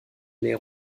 les